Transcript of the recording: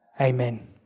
amen